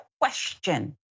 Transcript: question